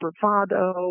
bravado